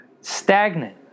Stagnant